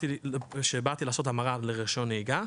כשבאתי לעשות המרה לרישיון נהיגה,